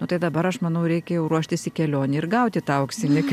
tai dabar aš manau reikia jau ruoštis į kelionę ir gauti tą auksinį